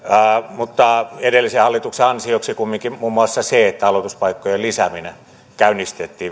mutta edellisen hallituksen ansioksi kumminkin voi sanoa muun muassa sen että aloituspaikkojen lisääminen käynnistettiin